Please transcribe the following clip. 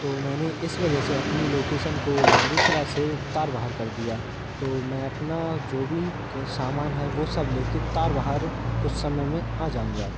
तो मैंने इस वजह से अपनी लोकेसन को मारुपुरा से तारबहार कर दिया तो मैं अपना जो भी क सामान है वो सब लेके तारबहार कुछ समय में आ जाऊँगा